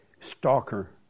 stalker